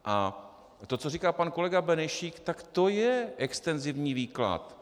A to, co říká pan kolega Benešík, tak to je extenzivní výklad.